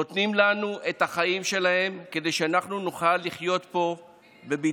נותנים לנו את החיים שלהם כדי שאנחנו נוכל לחיות פה בביטחון,